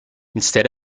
instead